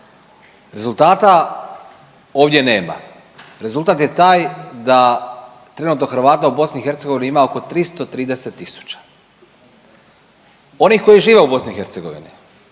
Rezultata ovdje nema. Rezultat je taj da trenutno Hrvata u BiH ima oko 330.000. Oni koji žive u BiH